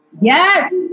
Yes